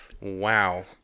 Wow